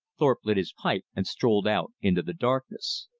thorpe lit his pipe and strolled out into the darkness.